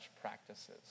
practices